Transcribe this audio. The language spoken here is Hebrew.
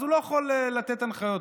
אז הוא לא יכול לתת הנחיות.